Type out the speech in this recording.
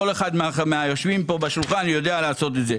כל אחד מהיושבים כאן יודע לעשות את זה.